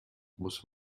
muss